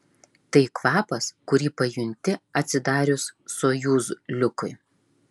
tai kvapas kurį pajunti atsidarius sojuz liukui